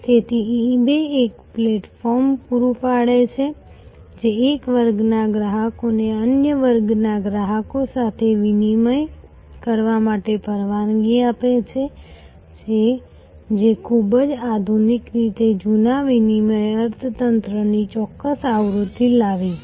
તેથી eBay એક platform પૂરું પાડે છે જે એક વર્ગના ગ્રાહકોને અન્ય વર્ગના ગ્રાહકો સાથે વિનિમય કરવા માટે પરવાનગી આપે છે જે ખૂબ જ આધુનિક રીતે જૂના વિનિમય અર્થતંત્રની ચોક્કસ આવૃત્તિ લાવી છે